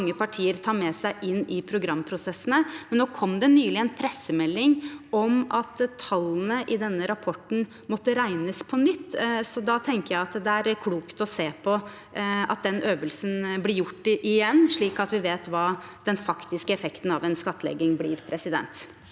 mange partier tar med seg inn i programprosessene. Nå kom det imidlertid nylig en pressemelding om at tallene i denne rapporten måtte regnes på nytt, så da tenker jeg det er klokt at den øvelsen blir gjort om igjen, slik at vi vet hva den faktiske effekten av en skattlegging blir. Presidenten